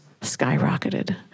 skyrocketed